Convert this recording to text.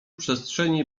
przestrzeni